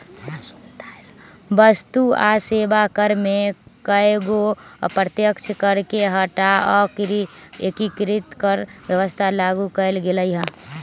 वस्तु आ सेवा कर में कयगो अप्रत्यक्ष कर के हटा कऽ एकीकृत कर व्यवस्था लागू कयल गेल हई